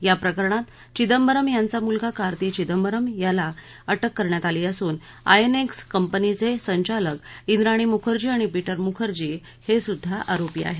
या प्रकरणात चिदंबरम यांचा मुलगा कार्ती चिदंबरम यांना अटक करण्यात आली असून आयएनएक्स कंपनीचे संचालक इंद्राणी मुखर्जी आणि पीटर मुखर्जी हे ही आरोपी आहेत